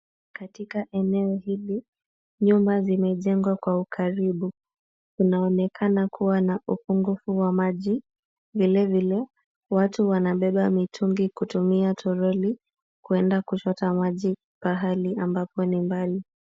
Katika eneo hili, nyumba zimejengwa kwa ukaribu. Kunaonekana kuwa na upungufu wa maji, vilevile, watu wanabeba mitungi kutumia troli , kwenda kuchota maji pahali ambapo ni mbali.